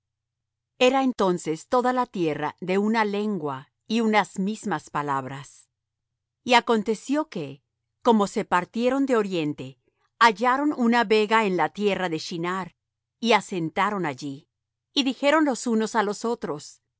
era entonces toda la tierra de una lengua y unas mismas palabras y aconteció que como se partieron de oriente hallaron una vega en la tierra de shinar y asentaron allí y dijeron los unos á los otros